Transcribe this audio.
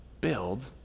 build